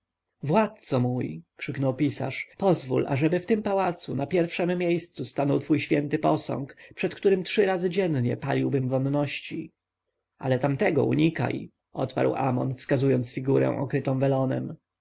kamieniami władco mój krzyknął pisarz pozwól ażeby w tym pałacu na pierwszem miejscu stanął twój święty posąg przed którym trzy razy dziennie paliłbym wonności ale tamtego unikaj odparł amon wskazując na figurę okrytą welonem